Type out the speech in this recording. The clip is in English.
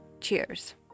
Cheers